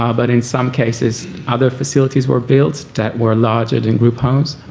ah but in some cases, other facilities were built that were larger than group homes.